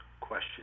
question